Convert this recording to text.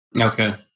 Okay